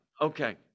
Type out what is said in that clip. Okay